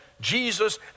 Jesus